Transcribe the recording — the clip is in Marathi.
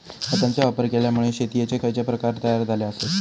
खतांचे वापर केल्यामुळे शेतीयेचे खैचे प्रकार तयार झाले आसत?